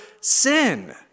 sin